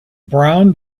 brown